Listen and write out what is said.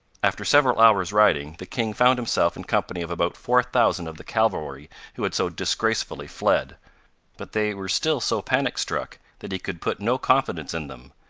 after several hours' riding, the king found himself in company of about four thousand of the cavalry who had so disgracefully fled but they were still so panic-struck that he could put no confidence in them,